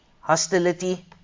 hostility